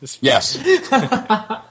Yes